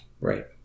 Right